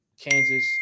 Kansas